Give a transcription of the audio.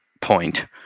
point